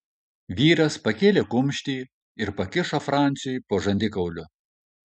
vyras pakėlė kumštį ir pakišo franciui po žandikauliu